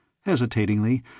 Hesitatingly